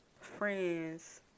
friends